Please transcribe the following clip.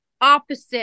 opposite